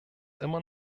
immer